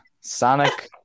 Sonic